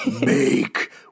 Make